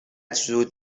زود